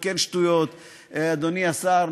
אדוני השר,